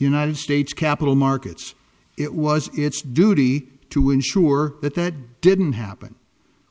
united states capital markets it was its duty to ensure that that didn't happen